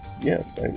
Yes